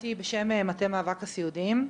באתי בשם מטה המאבק הסיעודיים,